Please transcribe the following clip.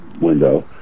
window